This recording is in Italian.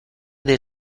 del